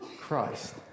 Christ